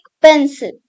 pencil